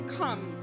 come